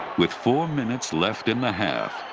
with four minutes left in the half,